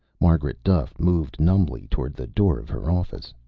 margaret duffe moved numbly toward the door of her office.